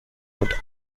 und